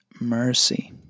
mercy